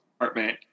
apartment